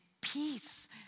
peace